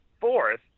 fourth